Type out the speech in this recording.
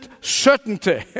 certainty